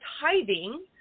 tithing